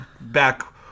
back